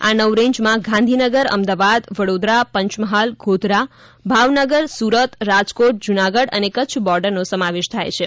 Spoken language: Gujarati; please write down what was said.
આ નવ રેન્જમાં ગાંધીનગર અમદાવાદ વડોદરા પંચમહાલ ગોધરા ભાવનગર સુરત રાજકોટ જૂનાગઢ અને કચ્છ બોર્ડરનો સમાવેશ થાય છે